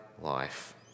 life